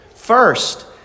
First